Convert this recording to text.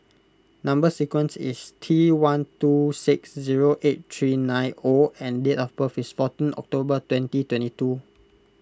Number Sequence is T one two six zero eight three nine O and date of birth is fourteen October twenty twenty two